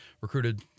recruited